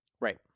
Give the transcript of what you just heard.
Right